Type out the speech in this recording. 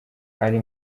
ari